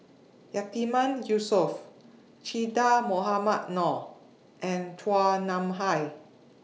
Yatiman Yusof Che Dah Mohamed Noor and Chua Nam Hai